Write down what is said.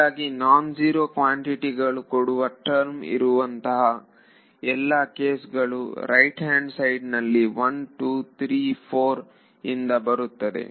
ಹೀಗಾಗಿ non zero ಕ್ವಾನ್ಟಿಟಿಗಳು ಕೊಡುವ ಟರ್ಮ್ ಇರುವ ಎಲ್ಲಾ ಕೇಸ್ಗಳು ರೈಟ್ ಹ್ಯಾಂಡ್ ಸೈಡ್ನಲ್ಲಿ 1 2 3 4 ಇಂದ ಬರುತ್ತದೆ